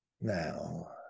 now